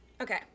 Okay